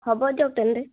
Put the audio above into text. হ'ব দিয়ক তেন্তে